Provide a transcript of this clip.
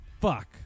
fuck